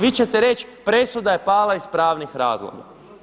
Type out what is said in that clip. Vi ćete reći presuda je pala iz pravnih razloga.